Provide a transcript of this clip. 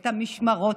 את המשמרות,